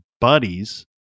buddies